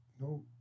no